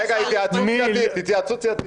רגע, התייעצות סיעתית.